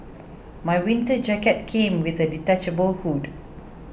my winter jacket came with a detachable hood